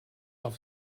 auf